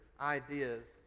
ideas